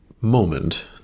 moment